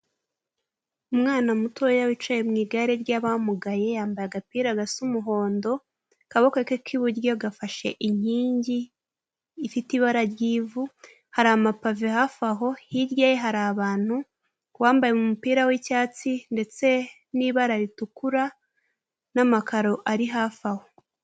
Umwana mutoya wicaye mu igare ry'abamugaye yambaye agapira agasa umuhondo, akaboko ke k'iburyo gafashe inkingi ifite ibara ry'ivu. Hari amapave hafi aho, hirya ye hari abantu, uwambaye umupira w'icyatsi ndetse n'ibara ritukura n'amakaro ari hafi aho.